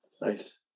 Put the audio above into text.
nice